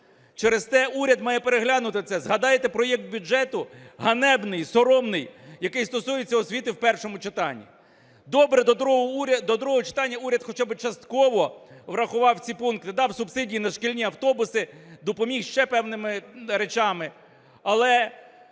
Через те уряд має переглянути це. Згадайте проект бюджету, ганебний, соромний, який стосується освіти, в першому читанні. Добре, до другого читання уряд хоча би частково врахував ці пункти: дав субсидії на шкільні автобуси, допоміг ще певними речами.